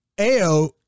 AO